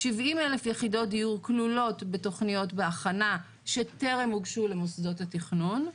70,000 יחידות דיור כלולות בתוכניות בהכנה שטרם הוגשו למוסדות התכנון,